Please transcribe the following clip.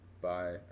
bye